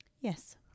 Yes